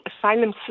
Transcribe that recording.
asylum